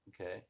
okay